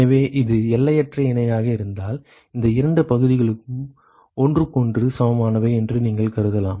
எனவே இது எல்லையற்ற இணையாக இருந்தால் இந்த இரண்டு பகுதிகளும் ஒன்றுக்கொன்று சமமானவை என்று நீங்கள் கருதலாம்